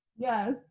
Yes